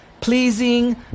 pleasing